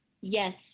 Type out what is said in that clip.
Yes